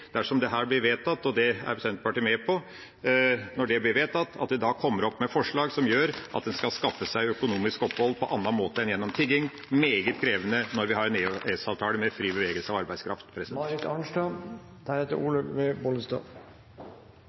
dersom dette blir vedtatt, og det er Senterpartiet med på, som gjør at en kan skaffe seg økonomisk opphold på annen måte enn gjennom tigging. Det er meget krevende når vi har en EØS-avtale med fri bevegelse av arbeidskraft.